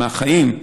מהחיים,